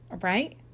Right